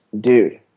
dude